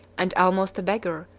and almost a beggar,